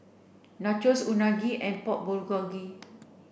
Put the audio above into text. Nachos Unagi and Pork Bulgogi